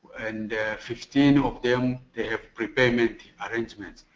and fifteen of them, they have prepayment arrangements.